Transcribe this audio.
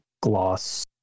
gloss